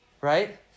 right